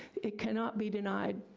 it cannot be denied,